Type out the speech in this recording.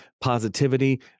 positivity